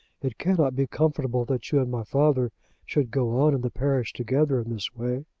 it cannot be comfortable that you and my father should go on in the parish together in this way.